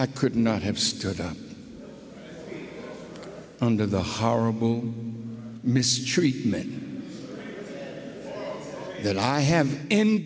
i could not have stood up under the horrible mistreatment that i have end